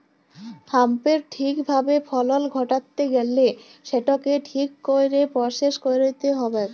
হ্যাঁম্পের ঠিক ভাবে ফলল ঘটাত্যে গ্যালে সেটকে ঠিক কইরে পরসেস কইরতে হ্যবেক